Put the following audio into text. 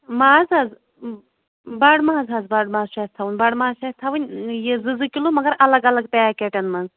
ماز حظ بَڈٕ ماز حظ بَڈٕ ماز چھُ اَسہِ تھاوٕنۍ بَڈٕ ماز چھِ اَسہِ تھاوٕنۍ یہِ زٕ زٕ کِلوٗ مَگر الگ الگ پیکیٹَن منٛز